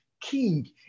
king